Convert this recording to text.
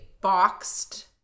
boxed